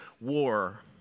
war